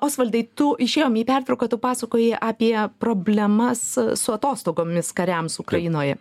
osvaldai tu išėjom į pertrauką tu pasakojai apie problemas su atostogomis kariams ukrainoj